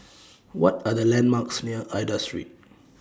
What Are The landmarks near Aida Street